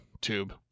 tube